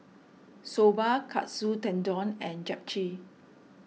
Soba Katsu Tendon and Japchae